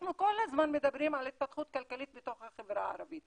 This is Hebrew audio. שאנחנו כל הזמן מדברים על התפתחות כלכלית בתוך החברה הערבית